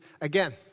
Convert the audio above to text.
again